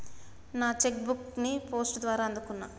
నా cheque book ని post ద్వారా అందుకున్నా